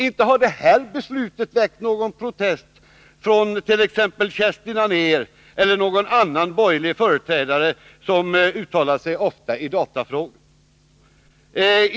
Inte har det här regeringsbeslutet väckt någon protest från t.ex. Kerstin Anér eller någon annan borgerlig företrädare som ofta uttalar sig i datafrågor!